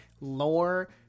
lore